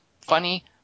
funny